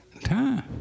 time